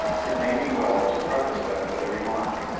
it may be well to preface them with a remark.